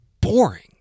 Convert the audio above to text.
boring